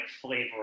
Flavor